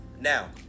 Now